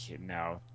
No